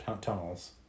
tunnels